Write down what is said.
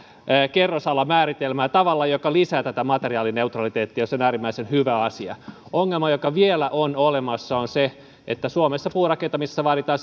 kerrosalamääritelmää tavalla joka lisää materiaalineutraliteettia ja se on äärimmäisen hyvä asia ongelma joka vielä on olemassa on se että suomessa puurakentamisessa vaaditaan